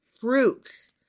fruits